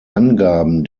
angaben